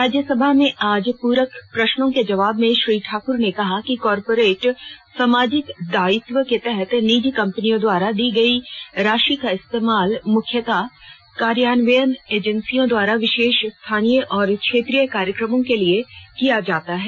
राज्यसभा में आज पूरक प्रश्नों के जवाब में श्री ठाकुर ने कहा कि कॉरपोरेट सामाजिक दायित्व के तहत निजी कंपनियों द्वारा दी गई राशि का इस्तेमाल मुख्यतः कार्यान्वयन एजेंसियों द्वारा विशेष स्थानीय और क्षेत्रीय कार्यक्रमों के लिए किया जाता है